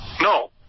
No